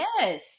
Yes